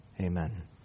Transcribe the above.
Amen